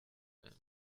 nehmen